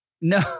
No